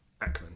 Ackman